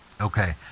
Okay